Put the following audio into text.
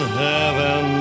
heaven